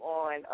on